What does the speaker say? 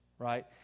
Right